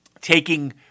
taking